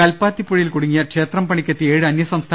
കൽ പ്പാത്തി പുഴയിൽ കുടുങ്ങിയ ക്ഷേത്രം പണിക്കെത്തിയ ഏഴ് അന്യസംസ്ഥാ